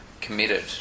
committed